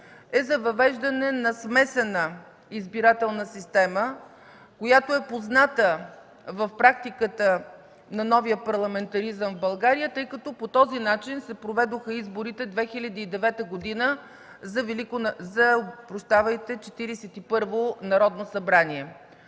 е за въвеждане на смесена избирателна система, която е позната в практиката на новия парламентаризъм в България, тъй като по този начин се проведоха изборите през 2009 г. за Четиридесет и първо Народно събрание.